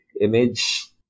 image